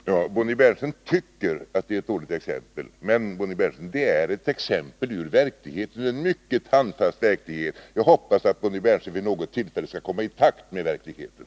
Herr talman! Bonnie Bernström tycker att det var ett dåligt exempel. Men, Bonnie Bernström, det är ett exempel ur verkligheten, en mycket handfast verklighet. Jag hoppas att Bonnie Bernström vid något tillfälle skall komma i takt med verkligheten.